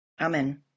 Amen